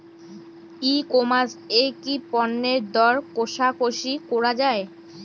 ই commerce এ কি পণ্যের দর কশাকশি করা য়ায়?